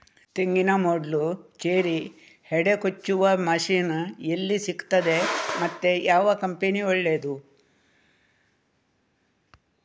ತೆಂಗಿನ ಮೊಡ್ಲು, ಚೇರಿ, ಹೆಡೆ ಕೊಚ್ಚುವ ಮಷೀನ್ ಎಲ್ಲಿ ಸಿಕ್ತಾದೆ ಮತ್ತೆ ಯಾವ ಕಂಪನಿ ಒಳ್ಳೆದು?